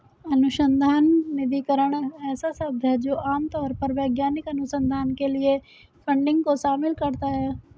अनुसंधान निधिकरण ऐसा शब्द है जो आम तौर पर वैज्ञानिक अनुसंधान के लिए फंडिंग को शामिल करता है